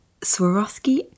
Swarovski